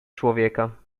człowieka